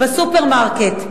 בסופרמרקט,